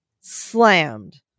slammed